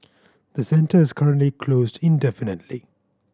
the centre is currently closed indefinitely